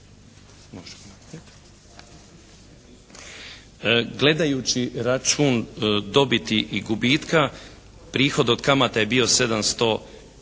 Gledajući račun dobiti i gubitka prihod od kamata je bio 770